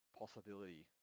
possibility